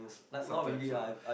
sometimes lah